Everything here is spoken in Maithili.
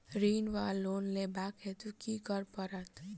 ऋण वा लोन लेबाक हेतु की करऽ पड़त?